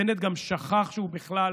בנט גם שכח שהוא בכלל